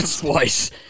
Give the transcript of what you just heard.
twice